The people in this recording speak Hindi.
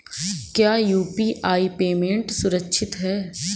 क्या यू.पी.आई पेमेंट सुरक्षित है?